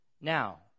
Now